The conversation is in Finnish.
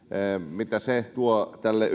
mitä se tuo tälle